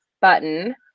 button